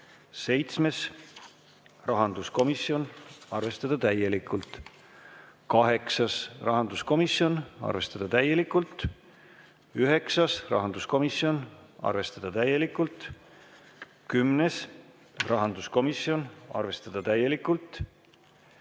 rahanduskomisjon, arvestada täielikult. 10.: rahanduskomisjon, arvestada täielikult. 11.: rahanduskomisjon, arvestada täielikult. 12.: rahanduskomisjon, arvestada täielikult.